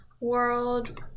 World